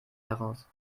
heraus